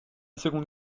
seconde